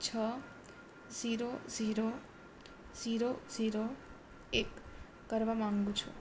છ zero zero zero zero એક કરવા માંગુ છું